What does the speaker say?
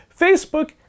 Facebook